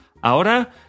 Ahora